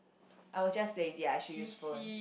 I was just lazy I should use phone